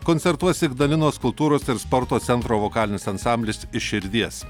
koncertuos ignalinos kultūros ir sporto centro vokalinis ansamblis iš širdies